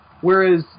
whereas